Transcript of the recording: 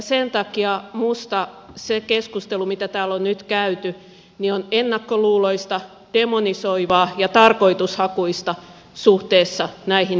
sen takia minusta se keskustelu mitä täällä on nyt käyty on ennakkoluuloista demonisoivaa ja tarkoitushakuista suhteessa näihin ihmisiin